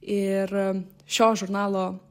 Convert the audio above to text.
ir šio žurnalo